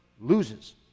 loses